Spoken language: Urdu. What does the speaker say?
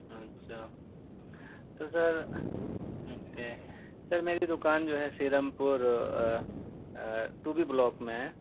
اچھا تو سر اوکے سر میری دکان جو ہے Seelampur two B block میں ہے